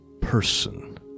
person